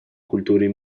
культуры